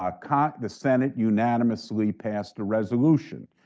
ah kind of the senate unanimously passed a resolution,